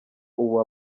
ubu